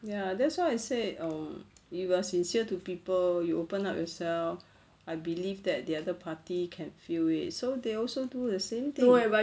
ya that's why I said um you were sincere to people you open up yourself I believe that the other party can feel it so they also do the same thing